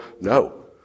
no